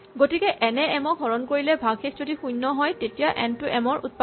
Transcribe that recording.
গতিকে এন এ এম ক হৰণ কৰিলে ভাগশেষ যদি শূণ্য হয় তেতিয়া এন টো এম ৰ উৎপাদক